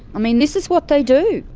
i mean this is what they do.